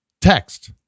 text